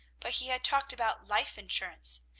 but he had talked about life-insurance,